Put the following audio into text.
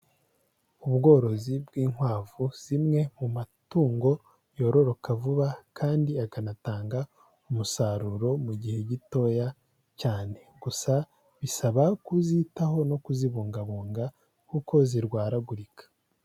Ubworozi bw'inkwavu zimwe mu matungo yororoka vuba, kandi akanatanga umusaruro mu gihe gitoya cyane, gusa bisaba kuzitaho no kuzibungabunga, kuko zirwaragurika.